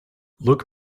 look